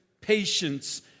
patience